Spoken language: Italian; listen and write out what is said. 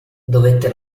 dovette